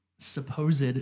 supposed